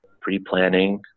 pre-planning